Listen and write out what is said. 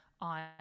on